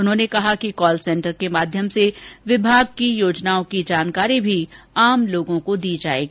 उन्होंने कहा कि कॉल सेंटर के माध्यम से विभाग की योजनाओं की जानकारी भी आम लोगों को दी जाएगी